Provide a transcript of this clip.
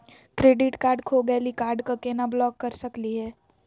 Credit card खो गैली, card क केना ब्लॉक कर सकली हे?